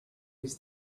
his